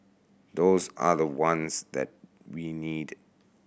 those are the ones that we need